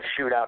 shootout